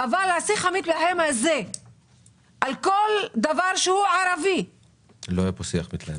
אבל השיח המתלהם הזה על כל דבר שהוא ערבי --- לא היה פה שיח מתלהם,